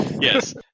Yes